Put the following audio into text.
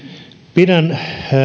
pidän